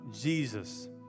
Jesus